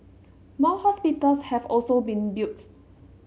more hospitals have also been built